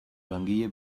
langile